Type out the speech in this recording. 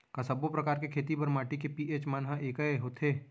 का सब्बो प्रकार के खेती बर माटी के पी.एच मान ह एकै होथे?